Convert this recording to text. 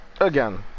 again